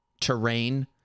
terrain